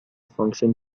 function